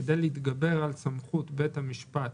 כדי להתגבר על סמכות בית המשפט